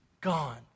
gone